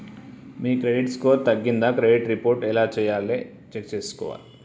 మీ credit score తగ్గిందా credit report ఎలా check చేసుకోవాలి?